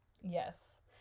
Yes